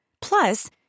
Plus